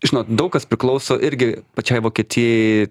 žinot daug kas priklauso irgi pačiai vokietijai